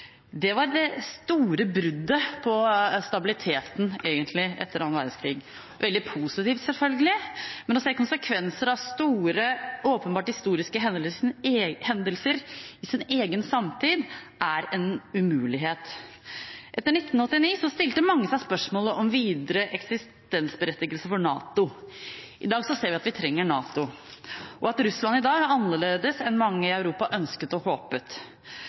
Det var det store bruddet på stabiliteten, egentlig, etter annen verdenskrig – veldig positivt selvfølgelig, men å se konsekvenser av store åpenbart historiske hendelser i sin egen samtid er en umulighet. Etter 1989 stilte mange seg spørsmålet om videre eksistensberettigelse for NATO. I dag ser vi at vi trenger NATO, og at Russland er annerledes enn mange i Europa ønsket og håpet.